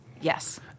Yes